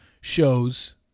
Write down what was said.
shows